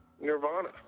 Nirvana